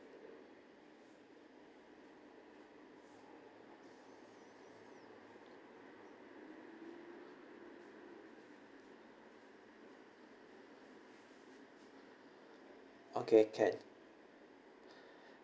okay can